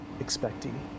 expecting